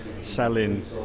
selling